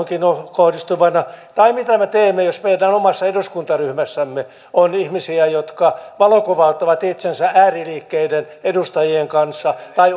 kohdistuvana tai mitä me teemme jos meidän omassa eduskuntaryhmässämme on ihmisiä jotka valokuvauttavat itsensä ääriliikkeiden edustajien kanssa tai